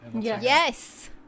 Yes